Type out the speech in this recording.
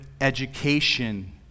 education